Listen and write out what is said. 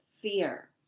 fear